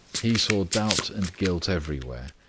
he saw doubt and guilt everywhere,